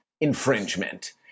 infringement